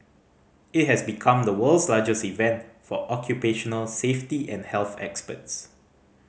it has become the world's largest event for occupational safety and health experts